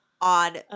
on